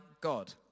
God